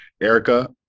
Erica